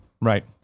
right